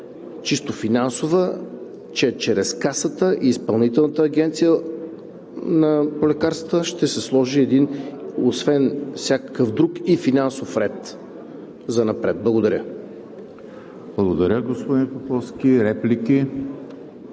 чисто финансова, че чрез Касата и Изпълнителната агенция по лекарствата ще се сложи един, освен всякакъв друг, и финансов ред занапред. Благодаря. ПРЕДСЕДАТЕЛ ЕМИЛ ХРИСТОВ: Благодаря, господин Поповски. Реплики?